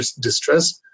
distress